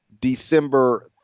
December